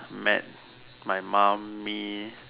met my mum me